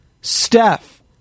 Steph